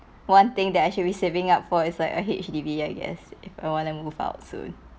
one thing that I should be saving up for it's like a H_D_B I guess if I wanna move out soon